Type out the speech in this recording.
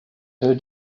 her